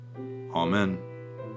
Amen